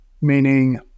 Meaning